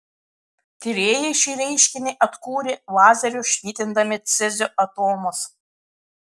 tyrėjai šį reiškinį atkūrė lazeriu švitindami cezio atomus